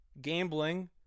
Gambling